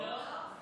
לא.